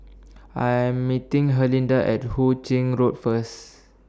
I'm meeting Herlinda At Hu Ching Road First